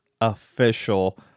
official